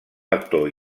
actor